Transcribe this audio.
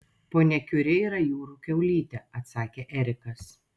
ponia kiuri yra jūrų kiaulytė atsakė erikas